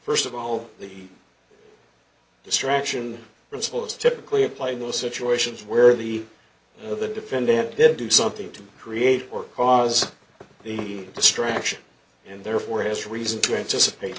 first of all the distraction principle is typically applying those situations where the you know the defendant did do something to create or cause the distraction and therefore it has reason to anticipate